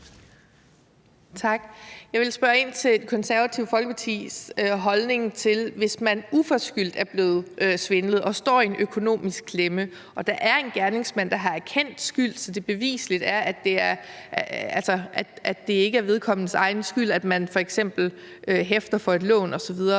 Tak. Jeg vil spørge ind til Det Konservative Folkepartis holdning til, hvis man uforskyldt er blevet udsat for svindel og står i en økonomisk klemme og der er en gerningsmand, der har erkendt skyld, så det er beviseligt, at det ikke er vedkommendes egen skyld, at man f.eks. hæfter for et lån osv.